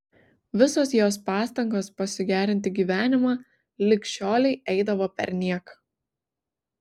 visos jos pastangos pasigerinti gyvenimą lig šiolei eidavo perniek